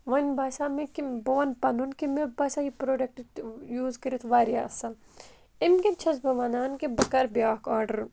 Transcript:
وۄنۍ باسیو مےٚ کہِ بہٕ وَنہٕ پَنُن کہِ مےٚ باسیو یہِ پرٛوڈَکٹ یوٗز کٔرِتھ واریاہ اَصٕل اَمہِ کِنۍ چھَس بہٕ وَنان کہِ بہٕ کَرٕ بیٛاکھ آرڈَر